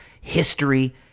history